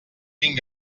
quin